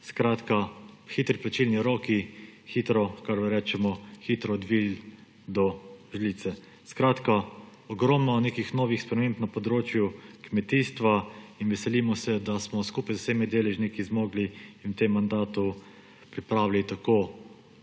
Skratka, hitri plačilni roki, kakor rečemo, hitro od vil do žlice. Ogromno je nekih novih sprememb na področju kmetijstva in veselimo se, da smo skupaj z vsemi deležniki zmogli in v tem mandatu pripravili tako